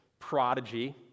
prodigy